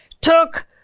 took